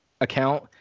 account